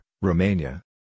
Romania